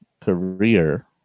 career